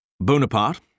Bonaparte